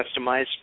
customized